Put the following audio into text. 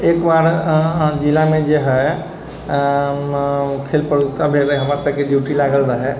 एक बार जिला मे जे है खेल प्रतियोगिता भेल रहय हमर सबके डयूटी लागल रहे